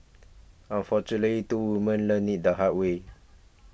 unfortunately two women learnt it the hard way